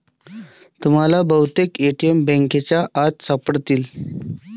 तुम्हाला बहुतेक ए.टी.एम बँकांच्या आत सापडतील